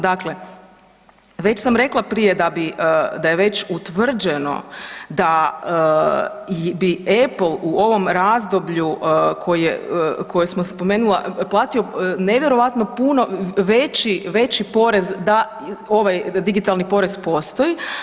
Dakle, već sam rekla prije da bi, da je već utvrđeno da bi Apple u ovom razdoblju koje sam spomenula platio nevjerojatno puno veći, veći porez da ovaj digitalni porez postoji.